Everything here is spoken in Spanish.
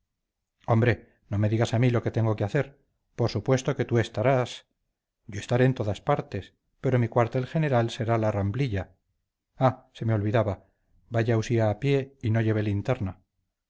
hombre no me digas a mí lo que tengo que hacer por supuesto que tú estarás yo estaré en todas partes pero mi cuartel general será la ramblilla ah se me olvidaba vaya usía a pie y no lleve linterna